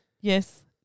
Yes